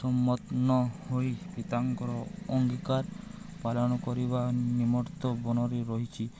ସମତ୍ନ ହୋଇ ପିତାଙ୍କର ଅଙ୍ଗୀିକାର ପାଳନ କରିବା ନିମର୍ତ୍ତ ବନରେ ରହିଛି